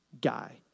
guy